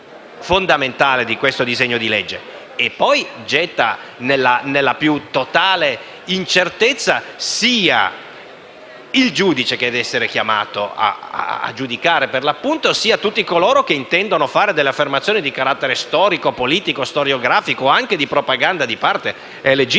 e, poi, getta nella più totale incertezza sia il giudice che deve essere chiamato a giudicare, sia tutti coloro che intendono fare delle affermazioni di carattere storico, politico, storiografico o anche di propaganda di parte, che è legittima.